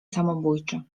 samobójczy